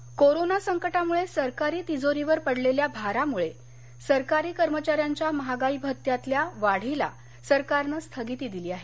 DA corona संकटामुळे सरकारी तिजोरीवर पडलेल्या भारामुळे सरकारी कर्मचाऱ्यांच्या महागाई भत्यातल्या वाढीला सरकारनं स्थगिती दिली आहे